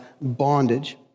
bondage